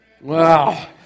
Wow